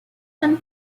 and